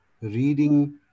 reading